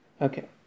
Okay